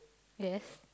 yes